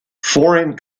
foreign